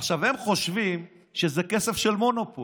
עכשיו הם חושבים שזה כסף של מונופול,